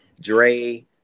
Dre